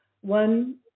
one